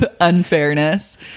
unfairness